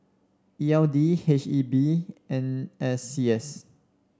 E L D H E B N S C S